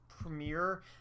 premiere